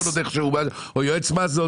או יועץ מס.